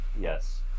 yes